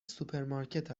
سوپرمارکت